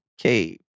okay